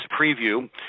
preview